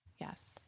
Yes